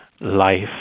life